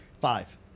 five